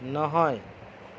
নহয়